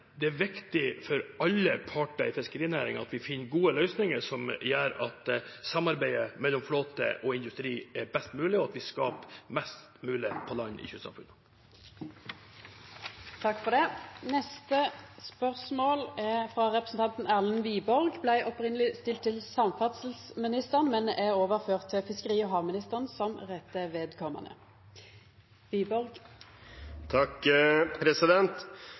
Det er viktig for alle parter i fiskerinæringen at vi finner gode løsninger som gjør at samarbeidet mellom flåte og industri er best mulig, og at vi skaper mest mulig på land i kystsamfunnene. Me går då til spørsmål 19. Dette spørsmålet, frå representanten Erlend Wiborg til samferdselsministeren, er overført til fiskeri- og havministeren som rette